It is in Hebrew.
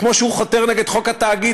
כמו שהוא חותר נגד חוק התאגיד,